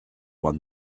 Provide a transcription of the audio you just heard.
one